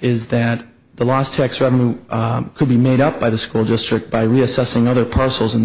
is that the loss tax revenue could be made up by the school district by reassessing other parcels in